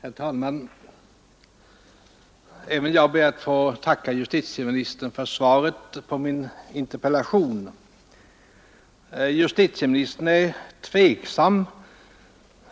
Herr talman! Även jag ber att få tacka justitieministern för svaret på min interpellation. Justitieministern är tveksam